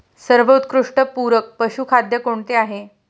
सर्वोत्कृष्ट पूरक पशुखाद्य कोणते आहे?